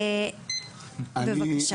בבקשה.